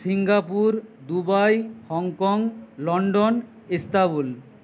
Singapore Dubai Hong Kong London Istanbul